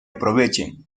aprovechen